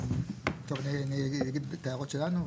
טוב, אני אגיד את ההערות שלנו.